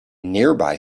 nearby